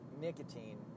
nicotine